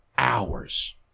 Hours